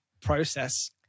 process